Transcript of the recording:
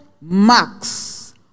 marks